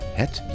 het